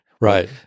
right